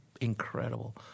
incredible